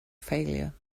failure